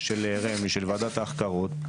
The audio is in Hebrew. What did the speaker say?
של רמ"י, של ועדת ההחכרות,